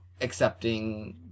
accepting